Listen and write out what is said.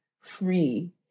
free